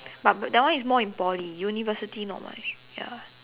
but that one is more in Poly university not much ya